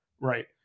right